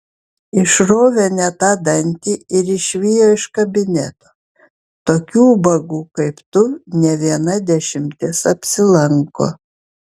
išrovė ne tą dantį ir išvijo iš kabineto tokių ubagų kaip tu ne viena dešimtis apsilanko